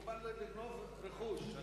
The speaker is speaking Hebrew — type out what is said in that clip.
הוא בא לגנוב רכוש.